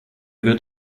wird